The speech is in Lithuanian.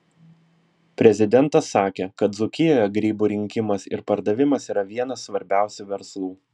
prezidentas sakė kad dzūkijoje grybų rinkimas ir pardavimas yra vienas svarbiausių verslų